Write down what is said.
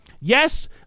yes